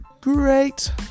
great